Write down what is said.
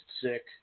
sick